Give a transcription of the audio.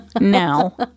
no